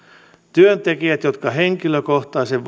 työntekijät jotka henkilökohtaisen